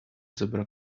zebra